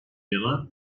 yana